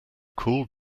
cold